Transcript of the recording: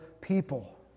people